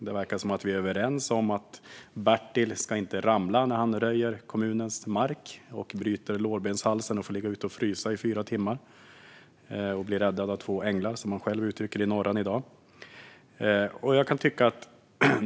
Det verkar som att vi är överens om att Bertil inte ska ramla när han röjer kommunens mark, bryta lårbenshalsen och frysa i fyra timmar. Han blev räddad av två änglar, som han själv uttrycker det i Norran i dag.